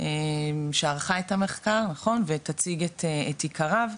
שערכה את המחקר ותציג את עיקריו,